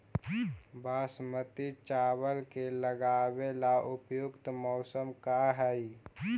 बासमती चावल के लगावे ला उपयुक्त मौसम का है?